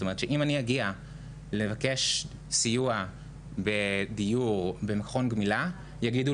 אם אני אגיע לבקש סיוע בדיור במכון גמילה יגידו